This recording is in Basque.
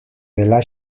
dela